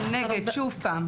שוב פעם,